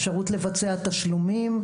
אפשרות לבצע תשלומים,